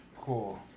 Cool